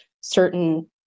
certain